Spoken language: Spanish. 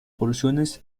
porciones